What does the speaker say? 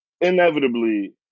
inevitably